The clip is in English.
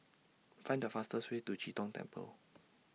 Find The fastest Way to Chee Tong Temple